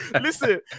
Listen